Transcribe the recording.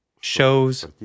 shows